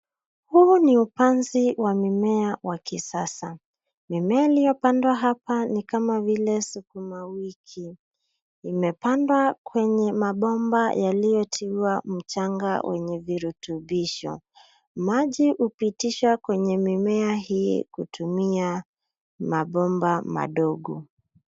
Huu ni upanzi wa mimea wa kisasa. Mimea iliyopandwa hapa ni kama vile sukuma wiki. Imepandwa kwenye mabomba yaliyotiwa mchanga wenye virutubisho. Maji hupitisha kwenye mimea hii kutumia mabomba madogo.